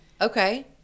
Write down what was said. okay